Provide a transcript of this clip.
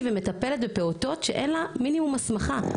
ומטפלת בפעוטות שאין לה מינימום הסמכה,